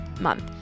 month